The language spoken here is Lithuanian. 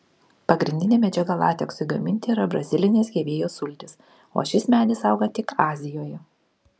pagrindinė medžiaga lateksui gaminti yra brazilinės hevėjos sultys o šis medis auga tik azijoje